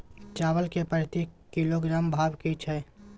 चावल के प्रति किलोग्राम भाव की छै?